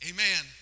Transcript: Amen